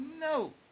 No